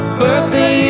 birthday